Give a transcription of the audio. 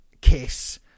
Kiss